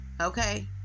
Okay